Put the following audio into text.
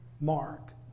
Mark